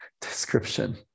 description